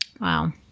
Wow